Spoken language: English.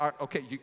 okay